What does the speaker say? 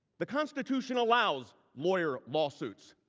the constitution allows lawyer lawsuits.